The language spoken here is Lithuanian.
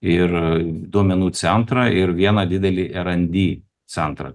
ir duomenų centrą ir vieną didelį erandy centrą